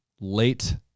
late